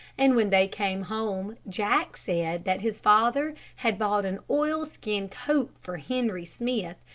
and when they came home, jack said that his father had bought an oil-skin coat for henry smith,